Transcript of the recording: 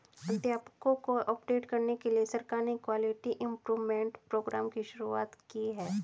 अध्यापकों को अपडेट करने के लिए सरकार ने क्वालिटी इम्प्रूव्मन्ट प्रोग्राम की शुरुआत भी की है